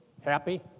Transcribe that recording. happy